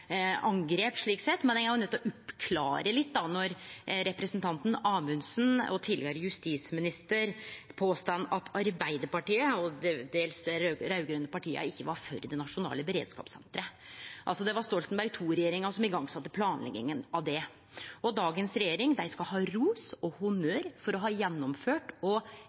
angrep slik sett, men eg er nøydd til å oppklare litt når representanten og tidlegare justisminister Amundsen påstår at Arbeidarpartiet og dels dei raud-grøne partia ikkje var for det nasjonale beredskapssenteret. Det var Stoltenberg II-regjeringa som sette i gang planlegginga av det. Dagens regjering skal ha ros og honnør for å ha gjennomført og